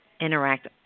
interact